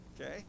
okay